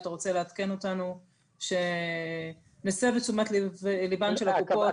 שאתה רוצה לעדכן אותנו שנסב את תשומת לבם של הקופות.